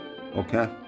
Okay